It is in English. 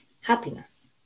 happiness